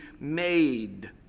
made